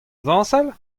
zañsal